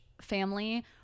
family